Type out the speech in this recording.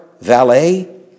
valet